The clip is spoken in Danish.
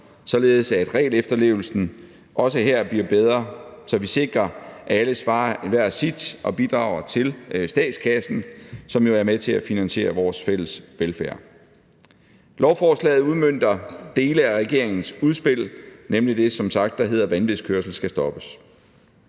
således at regelefterlevelsen også her bliver bedre, så vi sikrer, at alle svarer enhver sit og bidrager til statskassen, som jo er med til at finansiere vores fælles velfærd. Lovforslaget udmønter dele af regeringens udspil, nemlig det, der som sagt hedder »Vanvidskørsel skal stoppes«.